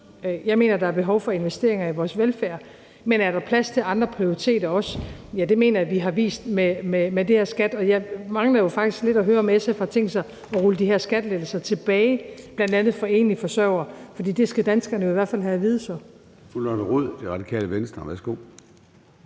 Jeg mener, at der er behov for investeringer i vores velfærd, men er der også plads til andre prioriteter? Ja, det mener jeg vi har vist med det her. Jeg mangler jo faktisk lidt at høre, om SF har tænkt sig at rulle de her skattelettelser tilbage, bl.a. for enlige forsørgere, for det skal danskerne jo så i hvert fald have at vide. Kl. 02:21 Formanden (Søren Gade): Fru Lotte Rod, Radikale Venstre. Værsgo.